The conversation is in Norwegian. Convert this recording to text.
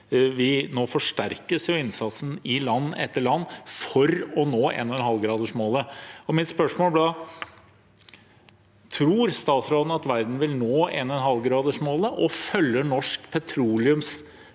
Nå forsterkes innsatsen i land etter land for å nå 1,5-gradersmålet. Mitt spørsmål blir da: Tror statsråden at verden vil nå 1,5-gradersmålet, og følger norsk petroleumspolitikk